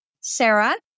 Sarah